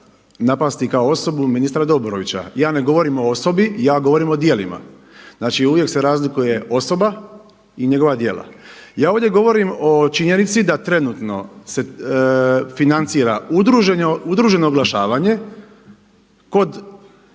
napasti kao osobu ministra Dobrovića. Je ne govorim o osobi, ja govorim o djelima. Znači uvijek se razlikuje osoba i njegova djela. Ja ovdje govorim o činjenici da trenutno se financira udruženo oglašavanja kod